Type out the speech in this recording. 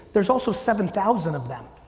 there's also seven thousand of them.